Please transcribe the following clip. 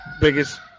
biggest